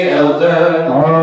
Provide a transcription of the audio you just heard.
elder